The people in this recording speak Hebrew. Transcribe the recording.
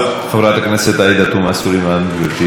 חברת הכנסת עאידה תומא סלימאן, גברתי,